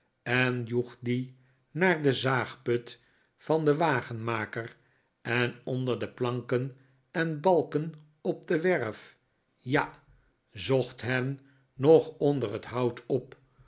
en joeg die riaar sien zaagput van den wagenmaker eh onder de planken en balken op de werf ja zocht hen nog onder het hout op